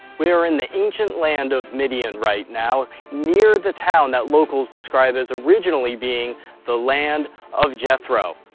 we are in the ancient land of midian right now, near the town that locals describe as originally being the land of jethro.